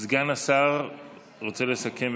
סגן השר רוצה לסכם,